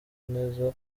neza